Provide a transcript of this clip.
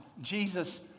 Jesus